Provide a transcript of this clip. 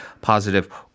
positive